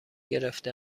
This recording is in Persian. گرفته